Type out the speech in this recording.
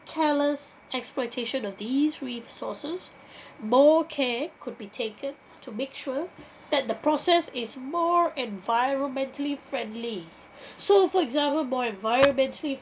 careless exploitation of these resources more care could be taken to make sure that the process is more environmentally friendly so for example by environmentally